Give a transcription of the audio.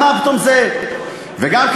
וגם,